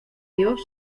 dios